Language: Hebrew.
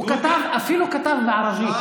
הוא אפילו כתב בערבית.